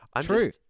True